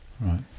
Right